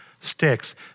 sticks